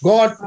God